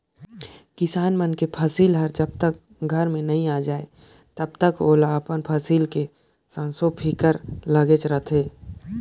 किसान मन के फसिल हर जब तक घर में नइ आये जाए तलबे ओला अपन फसिल के संसो फिकर लागेच रहथे